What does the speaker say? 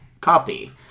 copy